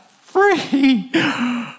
free